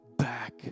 back